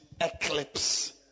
eclipse